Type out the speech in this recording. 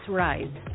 rise